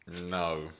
no